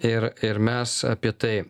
ir ir mes apie tai